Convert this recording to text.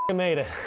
made it,